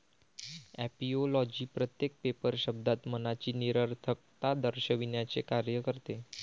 ऍपिओलॉजी प्रत्येक पेपर शब्दात मनाची निरर्थकता दर्शविण्याचे कार्य करते